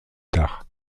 tard